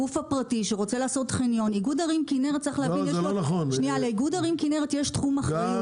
הגוף הפרטי שרוצה לעשות חניון לאיגוד ערים כנרת יש תחום אחריות.